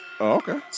okay